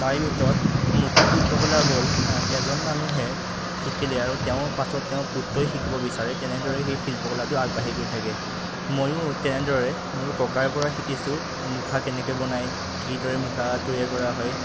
তাৰ ভিতৰত মুখা শিল্পকলা হ'ল এজন মানুহে শিকিলে আৰু তেওঁ পাছত তেওঁ পুত্ৰই শিকিব বিচাৰে তেনেদৰে সেই শিল্পকলাটো আগবাঢ়ি গৈ থাকে ময়ো তেনেদৰে মোৰ ককাৰপৰা শিকিছোঁ মুখা কেনেকৈ বনায় কিদৰে মুখা তৈয়াৰ কৰা হয়